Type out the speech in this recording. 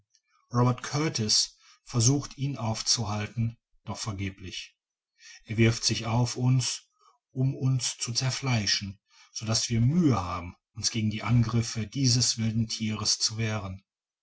robert kurtis versucht ihn aufzuhalten doch vergeblich er wirft sich auf uns um uns zu zerfleischen so daß wir mühe haben uns gegen die angriffe dieses wilden thieres zu wehren